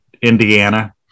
Indiana